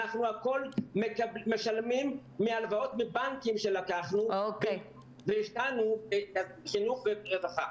את הכול אנחנו משלמים מהלוואות שלקחנו מבנקים והשקענו בחינוך וברווחה.